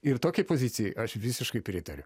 ir tokiai pozicijai aš visiškai pritariu